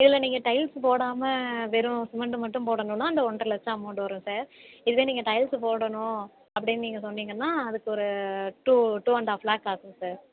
இல்லை நீங்கள் டைல்ஸ் போடாமல் வெறும் சிமெண்டு மட்டும் போடணும்னா அந்த ஒன்றைலட்சம் அமௌன்ட் வரும் சார் இதே நீங்கள் டைல்ஸ் போடணும் அப்படினு நீங்கள் சொன்னீங்கன்னா அதுக்கு ஒரு two two and half lakh ஆகும் சார்